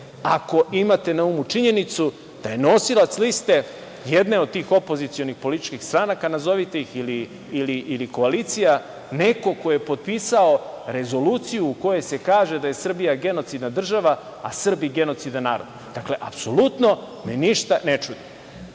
ako imate na umu činjenicu da je nosilac liste jedne od opozicionih političkih stranaka, nazovite ih, ili koalicija neko ko je potpisao rezoluciju u kojoj se kaže da je Srbija genocidna država, a Srbi genocidan narod. Dakle, apsolutno me ništa ne